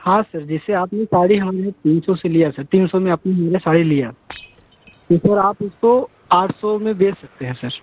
हाँ सर जैसे आपने साड़ी हमसे तीन सौ से लिया सर तीन सौ में अपने नीला साड़ी लिया तो सर आप इसको आठ सौ में बेच सकते हैं सर